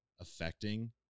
affecting